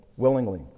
Willingly